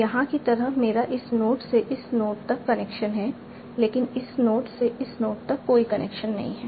यहाँ की तरह मेरा इस नोड से इस नोड तक कनेक्शन है लेकिन इस नोड से इस नोड तक कोई कनेक्शन नहीं है